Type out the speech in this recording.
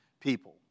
people